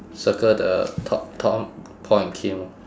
circle the top tom paul and kim